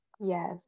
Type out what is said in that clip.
Yes